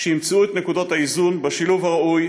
שימצאו את נקודות האיזון בשילוב הראוי.